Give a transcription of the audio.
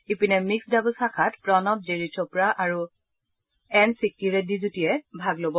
ইপিনে mixed doubles শাখাত প্ৰণৱ জেৰী চোপ্ৰা আৰু এ সিক্কি ৰেড্ডী যুটীয়ে ভাগ লব